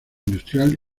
industrial